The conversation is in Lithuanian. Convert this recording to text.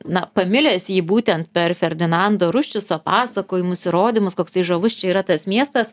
na pamilęs jį būtent per ferdinando ruščico pasakojimus įrodymus koksai žavus čia yra tas miestas